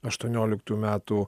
aštuonioliktų metų